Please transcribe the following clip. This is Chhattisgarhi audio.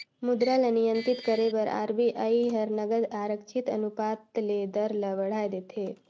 मुद्रा ल नियंत्रित करे बर आर.बी.आई हर नगद आरक्छित अनुपात ले दर ल बढ़ाए देथे